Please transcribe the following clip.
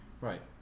Right